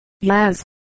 Yes